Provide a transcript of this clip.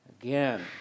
again